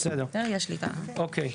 בסדר, אוקיי.